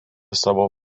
savo